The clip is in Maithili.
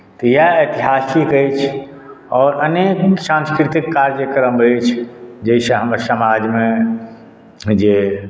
तऽ इएह ऐतिहासिक अछि आओर अनेक सांस्कृतिक कार्यक्रम अछि जाहिसँ हमर समाजमे जे